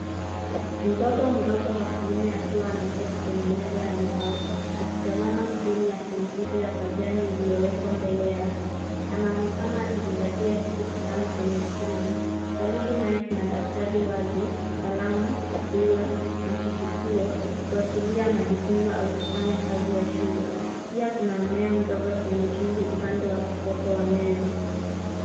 Mtoto mdogo wa kiume akiwa ameketi kwenye meza ya mbao akitazama skrini ya kompyuta ya pajani iliyowekwa mbele yake. Anaonekana akizingatia kitu kwenye skrini. Karibu naye kuna daftari wazi, kalamu, rula na kifutio kuashiria anajifunza au kufanya kazi ya shule. Pia kuna mmea mdogo kwenye chungu upande wa kushoto wa meza.